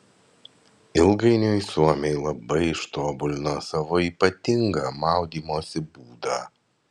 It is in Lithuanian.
ilgainiui suomiai labai ištobulino savo ypatingą maudymosi būdą